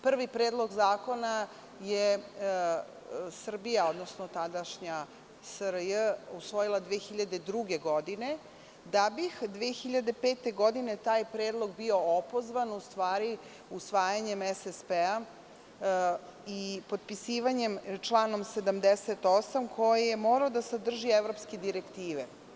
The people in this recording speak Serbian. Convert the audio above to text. Prvi predlog zakona je Srbija, odnosno tadašnja SRJ usvojila 2002. godine, da bi 2005. godine taj predlog bio opozvan u stvari usvajanjem SSP-a i potpisivanjem člana 78. koji je morao da sadrži evropske direktive.